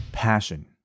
passion